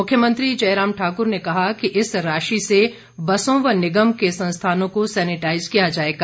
मुख्यमंत्री जयराम ठाक्र ने कहा कि इस राशि से बसों व निगम के संस्थानों को सैनिटाईज किया जाएगा